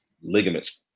ligaments